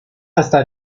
hasta